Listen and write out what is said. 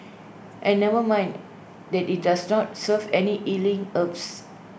and never mind that IT does not serve any healing herbs